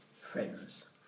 friends